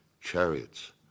chariots